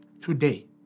today